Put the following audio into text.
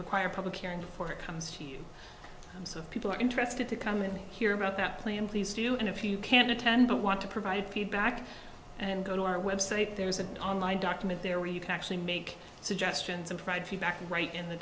required public hearing before it comes to you so people are interested to come and hear about that plan please do and if you can't attend but want to provide feedback and go to our website there's an online document there where you can actually make suggestions and tried feedback right in the